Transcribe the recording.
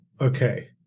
Okay